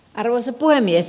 arvoisa puhemies